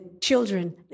children